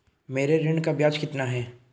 मेरे ऋण का ब्याज कितना है?